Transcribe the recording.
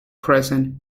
present